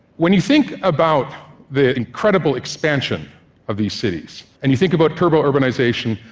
when you think about the incredible expansion of these cities, and you think about turbo-urbanization,